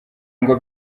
ngo